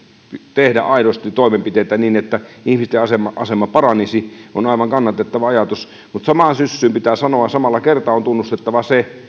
tehdä aidosti toimenpiteitä niin että ihmisten asema asema paranisi on aivan kannatettava ajatus mutta samaan syssyyn pitää sanoa ja samalla kertaa on tunnustettava se